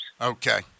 okay